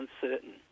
uncertain